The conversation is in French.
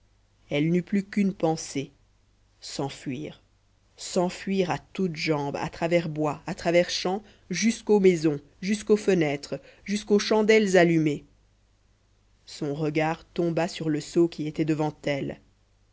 elle n'eut plus qu'une pensée s'enfuir s'enfuir à toutes jambes à travers bois à travers champs jusqu'aux maisons jusqu'aux fenêtres jusqu'aux chandelles allumées son regard tomba sur le seau qui était devant elle